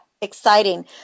exciting